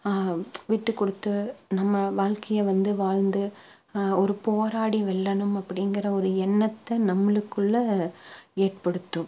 விட்டு கொடுத்து நம்ம வாழ்க்கையை வந்து வாழ்ந்து ஒரு போராடி வெல்லணும் அப்படிங்கிற ஒரு எண்ணத்தை நம்மளுக்குள்ள ஏற்படுத்தும்